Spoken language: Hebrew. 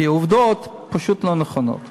כי העובדות פשוט לא נכונות.